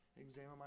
examine